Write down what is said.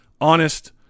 honest